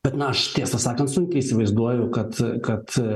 bet na aš tiesą sakant sunkiai įsivaizduoju kad kad